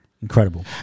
incredible